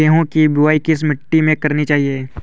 गेहूँ की बुवाई किस मिट्टी में करनी चाहिए?